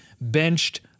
benched –